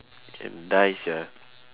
can die sia